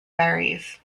ferries